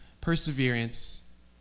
perseverance